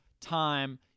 time